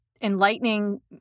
enlightening